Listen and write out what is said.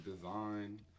design